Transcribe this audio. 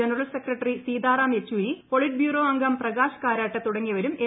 general secretary Sitaram Yechury politburo അംഗം പ്രകാശ് കാരാട്ട് തുടങ്ങിയവരും രംഗത്തുണ്ട്